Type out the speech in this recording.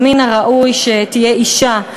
מן הראוי שתהיה אישה,